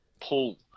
pull